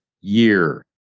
year